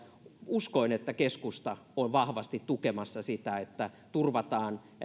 uskoin että keskusta on vahvasti tukemassa sitä että turvataan